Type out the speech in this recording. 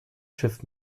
schiff